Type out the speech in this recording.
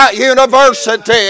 university